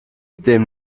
dem